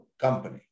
company